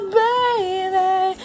baby